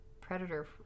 Predator